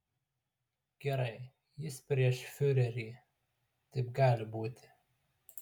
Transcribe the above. gerai jis prieš fiurerį taip gali būti